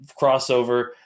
crossover